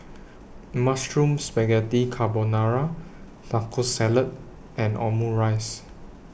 Mushroom Spaghetti Carbonara Taco Salad and Omurice